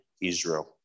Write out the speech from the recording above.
Israel